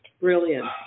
brilliant